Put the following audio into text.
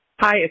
Hi